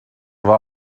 war